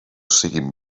siguen